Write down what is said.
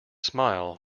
smile